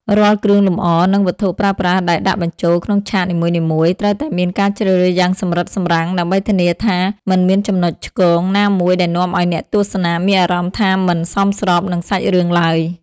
រាល់គ្រឿងលម្អ និងវត្ថុប្រើប្រាស់ដែលដាក់បញ្ចូលក្នុងឆាកនីមួយៗ ត្រូវតែមានការជ្រើសរើសយ៉ាងសម្រិតសម្រាំងដើម្បីធានាថាមិនមានចំណុចឆ្គងណាមួយដែលនាំឱ្យអ្នកទស្សនាមានអារម្មណ៍ថាមិនសមស្របនឹងសាច់រឿងឡើយ។